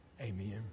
Amen